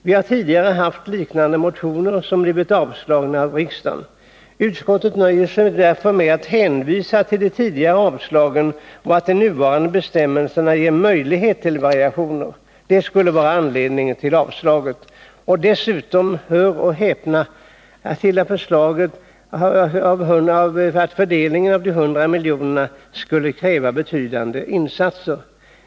Vi har tidigare haft liknande motioner som blivit avslagna av riksdagen. Utskottet nöjer sig därför med att hänvisa till de tidigare avslagen och till att de nuvarande bestämmelserna ger möjlighet till variationer. Det skulle vara anledning till avslaget och dessutom — hör och häpna! — till att fördelningen av de 100 miljonerna skulle kräva betydande insatser.